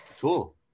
Cool